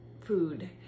food